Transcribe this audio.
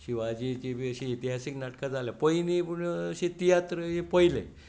शिवाजीचीं बी अशीं इतिहासीक नाटकां जाल्यांत पयलीं पूण तियात्र हे पयलें